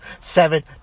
seven